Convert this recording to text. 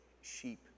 sheep